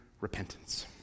repentance